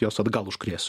juos atgal užkrėsiu